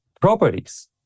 properties